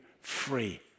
free